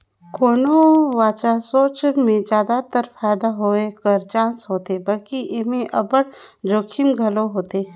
कोनो भी नावा सोंच में जादातर फयदा होए कर चानस होथे बकि एम्हें अब्बड़ जोखिम घलो होथे